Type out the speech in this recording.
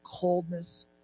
coldness